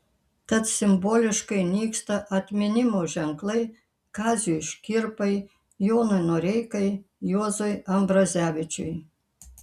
tad simboliškai nyksta atminimo ženklai kaziui škirpai jonui noreikai juozui ambrazevičiui